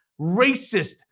racist